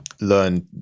learn